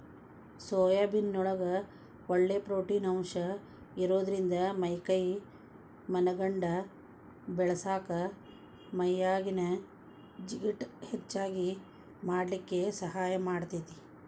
soybean ನೊಳಗ ಒಳ್ಳೆ protein ಅಂಶ ಇರೋದ್ರಿಂದ ಮೈ ಕೈ ಮನಗಂಡ ಬೇಳಸಾಕ ಮೈಯಾಗಿನ ಜಿಗಟ್ ಹೆಚ್ಚಗಿ ಮಾಡ್ಲಿಕ್ಕೆ ಸಹಾಯ ಮಾಡ್ತೆತಿ